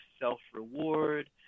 self-reward